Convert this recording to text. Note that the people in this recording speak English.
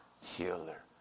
healer